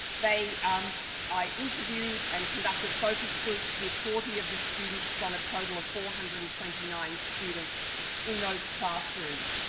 um i interviewed and conducted focus groups with forty of the students from a total of four hundred and twenty nine students in those classrooms.